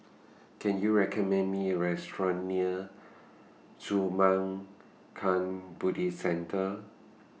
Can YOU recommend Me Restaurant near Zurmang Can Buddhist Centre